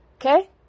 okay